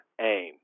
aim